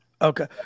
Okay